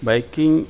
biking